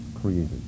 created